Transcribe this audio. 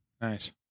nice